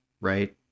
right